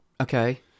Okay